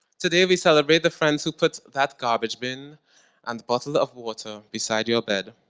today we celebrate the friends who put that garbage bin and bottle of water beside your bed.